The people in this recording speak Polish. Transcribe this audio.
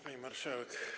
Pani Marszałek!